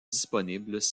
disponibles